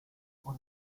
por